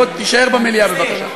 בוא, תישאר במליאה, בבקשה.